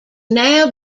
now